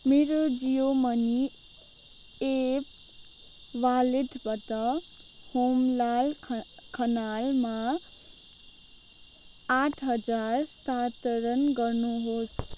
मेरो Jio money app वालेटबाट हुमलाल ख खनालमा आठ हजार स्थानान्तरण गर्नुहोस्